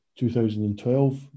2012